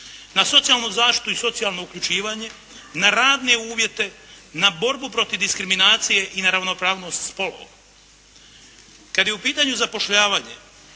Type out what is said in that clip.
na socijalnu zaštitu i socijalno uključivanje, na radne uvjete, na borbu protiv diskriminacije i na ravnopravnost spolova. Kad je u pitanju zapošljavanje